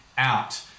out